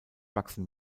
wachsen